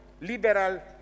liberal